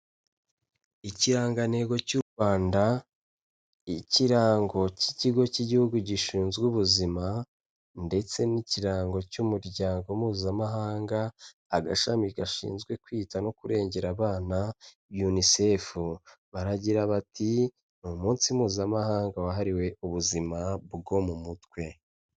Ikirangantego cy'u Rwanda, ikirango cy'ikigo cy'igihugu gishinzwe ubuzima ndetse n'ikirango cy'umuryango Mpuzamahanga, agashami gashinzwe kwita no kurengera abana UNICEF. Baragira bati "Ni umunsi Mpuzamahanga wahariwe ubuzima bwo mu mutwe."